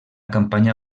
campanya